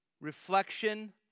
reflection